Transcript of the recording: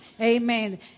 amen